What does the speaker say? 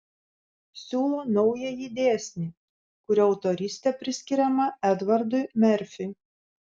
siūlo naująjį dėsnį kurio autorystė priskiriama edvardui merfiui